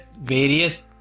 various